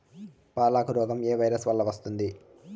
పాలకు రోగం ఏ వైరస్ వల్ల వస్తుంది?